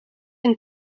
een